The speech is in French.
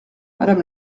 madame